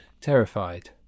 terrified